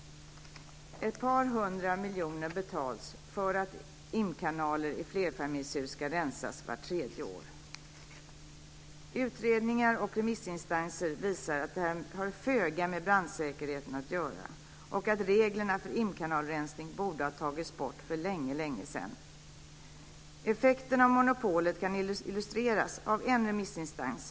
Ett par hundra miljoner betalas för att imkanaler i flerfamiljshus ska rensas vart tredje år. Utredningar och remissinstanser visar att detta har föga med brandsäkerheten att göra och att reglerna för imkanalrensning borde ha tagits bort för länge sedan. Effekten av monopolet kan illustreras av en remissinstans.